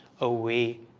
away